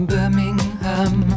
Birmingham